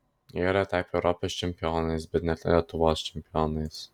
jie yra tapę europos čempionais bet ne lietuvos čempionais